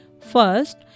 first